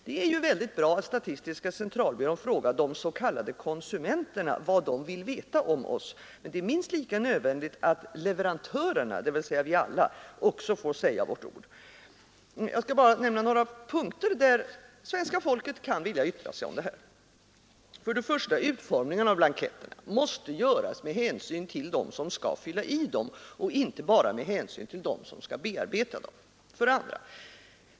Det är ju väldigt bra att statistiska centralbyrån frågar de s.k. konsumenterna vad de vill veta om oss, men det är minst lika nödvändigt att leverantörerna, dvs. vi alla, också får säga sitt ord. Jag skall bara nämna ett par punkter där svenska folket kan vilja yttra sig. 1. Utformningen av blanketterna måste ske med hänsyn till dem som skall fylla i dem och inte bara med hänsyn till dem som skall bearbeta dem. 2.